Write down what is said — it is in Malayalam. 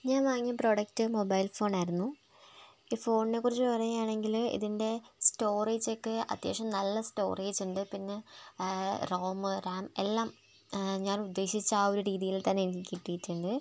ഞാൻ വാങ്ങിയ പ്രൊഡക്റ്റ് മൊബൈൽ ഫോണായിരുന്നു ഈ ഫോണിനെക്കുറിച്ച് പറയുകയാണെങ്കില് ഇതിൻറ്റെ സ്റ്റോറേജൊക്കെ അത്യാവശ്യം നല്ല സ്റ്റോറേജുണ്ട് പിന്നെ റോം റാം എല്ലാം ഞാൻ ഉദ്ദേശിച്ച ആ ഒരു രീതിയിൽത്തന്നെ എനിക്ക് കിട്ടിയിട്ടുണ്ട്